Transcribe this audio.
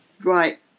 right